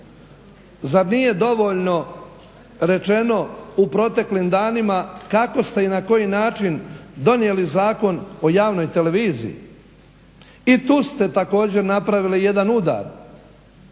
Zar nije dovoljno rečeno u proteklim danima kako ste i na koji način donijeli Zakon o javnoj televiziji? I tu ste također napravili jedan udar,